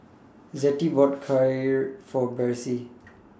Zettie bought Kheer For Besse